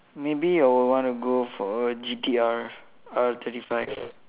maybe I would want to go for a G_T_R R thirty five